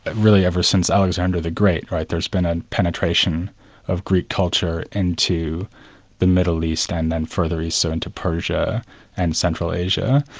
really ever since alexander the great there's been a penetration of greek culture into the middle east and then further east so into persia and central asia,